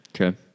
Okay